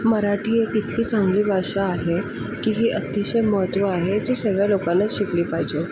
मराठी एक इतकी चांगली भाषा आहे की हे अतिशय महत्त्व आहे जे सर्व लोकांना शिकली पाहिजे